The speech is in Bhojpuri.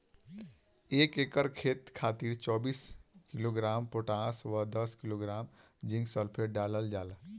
एक एकड़ खेत खातिर चौबीस किलोग्राम पोटाश व दस किलोग्राम जिंक सल्फेट डालल जाला?